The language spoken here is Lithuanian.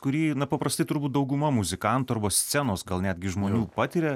kurį paprastai turbūt dauguma muzikantų arba scenos gal netgi žmonių patiria